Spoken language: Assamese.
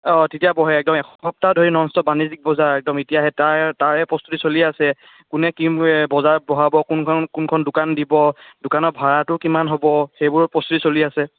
অঁ তেতিয়া বহে একদম এসপ্তাহ ধৰি নন ষ্টপ বাণিজ্যিক বজাৰ একদম এতিয়া সেই তাৰে তাৰে প্ৰস্তুতি চলি আছে কোনে কি বজাৰ বঢ়াব কোনখন কোনখন দোকান দিব দোকানৰ ভাড়াটো কিমান হ'ব সেইবোৰ প্ৰস্তুতি চলি আছে